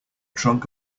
trunk